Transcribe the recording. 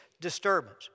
disturbance